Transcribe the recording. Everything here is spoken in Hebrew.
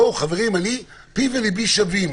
חברים, פי וליבי שווים.